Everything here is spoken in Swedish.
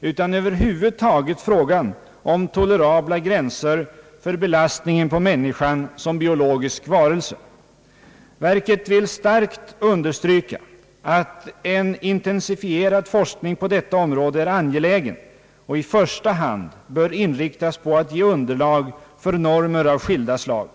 utan över huvud taget frågan om tolerabla gränser för belastningen på människan som biologisk varelse.» Verket vill »starkt understryka, att en intensifierad forskning på detta område är angelägen och i första hand bör inriktas på att ge underlag för normer av skilda slag.